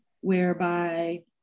whereby